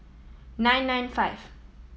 nine nine five